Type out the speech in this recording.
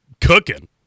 cooking